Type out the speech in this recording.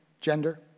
Gender